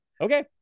Okay